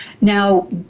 Now